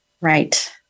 Right